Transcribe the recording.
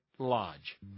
Lodge